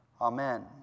Amen